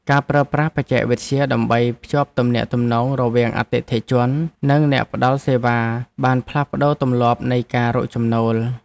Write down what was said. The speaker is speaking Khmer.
ការប្រើប្រាស់បច្ចេកវិទ្យាដើម្បីភ្ជាប់ទំនាក់ទំនងរវាងអតិថិជន និងអ្នកផ្តល់សេវាបានផ្លាស់ប្តូរទម្លាប់នៃការរកចំណូល។